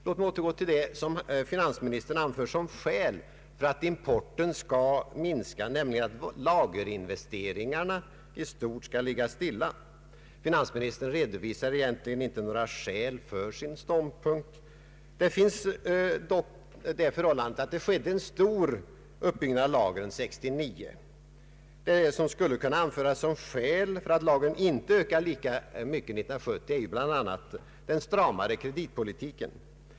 Låt mig återgå till vad finansministern anför som skäl för att importen skall minska nämligen att lagerinvesteringarna i stort skall ligga stilla. Finansministern redovisar egentligen inte några skäl för sin ståndpunkt. Det skedde dock en stor uppbyggnad av lagren 1969. Det som skulle kunna anföras som skäl för att lagren inte skall öka lika mycket 1970 är bl.a. den stramare kreditpolitiken.